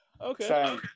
Okay